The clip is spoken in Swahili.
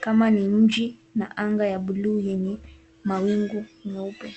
kama mji na anga ya buluu yenye mawingu nyeupe.